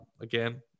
Again